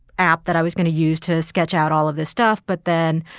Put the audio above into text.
app that i was going to use to sketch out all of this stuff. but then,